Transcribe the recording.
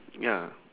ya